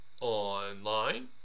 online